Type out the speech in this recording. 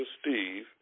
steve